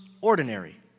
ordinary